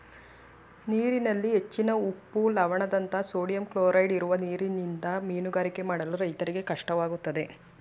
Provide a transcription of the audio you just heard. ನೀರಿನಲ್ಲಿ ಹೆಚ್ಚಿನ ಉಪ್ಪು, ಲವಣದಂಶ, ಸೋಡಿಯಂ ಕ್ಲೋರೈಡ್ ಇರುವ ನೀರಿನಿಂದ ಮೀನುಗಾರಿಕೆ ಮಾಡಲು ರೈತರಿಗೆ ಕಷ್ಟವಾಗುತ್ತದೆ